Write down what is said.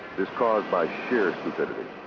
is caused by sheer stupidity.